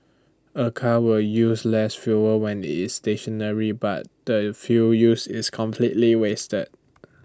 A car will use less fuel when IT is stationary but the fuel used is completely wasted